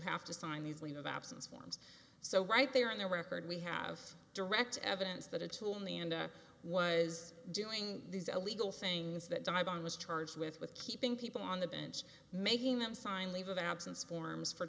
have to sign these leave of absence form so right there on the record we have direct evidence that a tool in the end was doing these illegal things that di bond was charged with with keeping people on the bench making them sign a leave of absence forms for